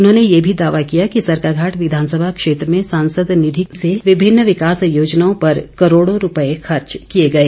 उन्होंने ये भी दावा किया कि सरकाघाट विधानसभा क्षेत्र में सांसद निधि से विभिन्न विकास योजनाओं पर करोड़ों रूपये खर्च किए गए